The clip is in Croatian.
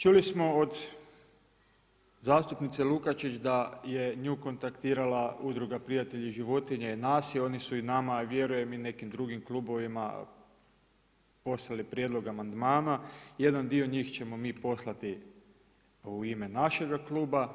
Čuli smo od zastupnice Lukačić da je nju kontaktirala Udruga „Prijatelji životinja“ i nas i oni su i nama, a vjerujem i nekim drugim klubovima poslali prijedlog amandmana, jedan dio njih ćemo mi poslati u ime našega kluba.